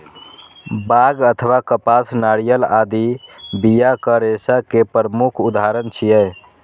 बांग अथवा कपास, नारियल आदि बियाक रेशा के प्रमुख उदाहरण छियै